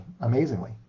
amazingly